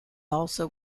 also